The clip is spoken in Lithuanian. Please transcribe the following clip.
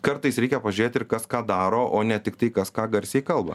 kartais reikia pažiūrėt ir kas ką daro o ne tiktai kas ką garsiai kalba